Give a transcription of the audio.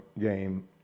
game